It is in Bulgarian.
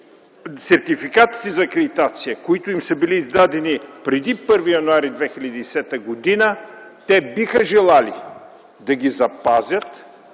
сертификатите за акредитация, които са им били издадени преди 1 януари 2010 г. те биха желали да ги запазят